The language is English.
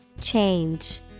Change